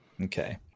Okay